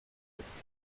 its